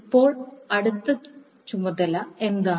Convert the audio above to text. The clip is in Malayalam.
ഇപ്പോൾ അടുത്ത ചുമതല എന്താണ്